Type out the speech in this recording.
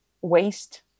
waste